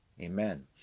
Amen